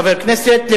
חבר כנסת,